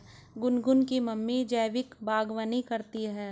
गुनगुन की मम्मी जैविक बागवानी करती है